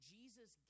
Jesus